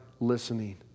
listening